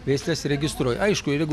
veisles registruoja aišku ir jeigu